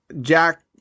Jack